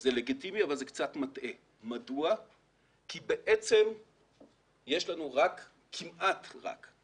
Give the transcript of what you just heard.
זה לגיטימי אבל זה קצת מטעה כי בעצם יש לנו רק כמעט רק,